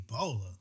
Ebola